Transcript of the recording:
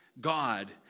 God